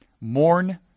Mourn